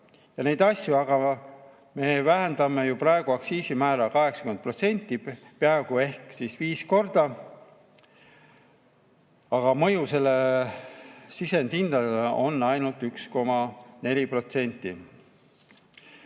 ja neid asju, aga me vähendame praegu aktsiisimäära 80% peaaegu ehk siis viis korda, ent selle mõju sisendhindadele on ainult 1,4%.